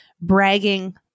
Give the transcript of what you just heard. bragging